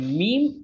meme